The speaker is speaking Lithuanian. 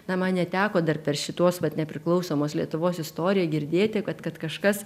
na man neteko dar per šituos vat nepriklausomos lietuvos istoriją girdėti kad kad kažkas